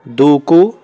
దూకు